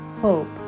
hope